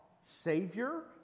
Savior